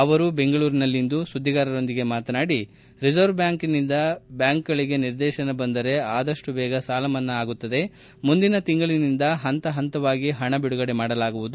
ಅವರು ಬೆಂಗಳೂರಿನಲ್ಲಿಂದು ಸುದ್ವಿಗಾರರೊಂದಿಗೆ ಮಾತನಾಡಿ ರಿಸರ್ವ್ ಬ್ಯಾಂಕಿನಿಂದ ಬ್ಯಾಂಕುಗಳಿಗೆ ನಿರ್ದೇತನ ಬಂದರೆ ಆದಷ್ಟು ಬೇಗ ಸಾಲಮನ್ನಾ ಆಗುತ್ತದೆ ಮುಂದಿನ ತಿಂಗಳಿನಿಂದ ಹಂತ ಹಂತವಾಗಿ ಹಣ ಬಿಡುಗಡೆ ಮಾಡಲಾಗುವುದು